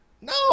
No